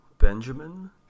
Benjamin